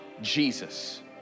Jesus